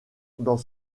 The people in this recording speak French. dans